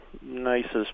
nicest